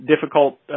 difficult